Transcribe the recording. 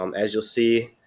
um as you'll see,